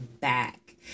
back